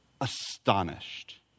astonished